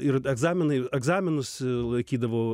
ir egzaminai egzaminus laikydavau